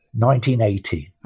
1980